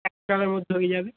এক কালারের মধ্যে হয়ে যাবে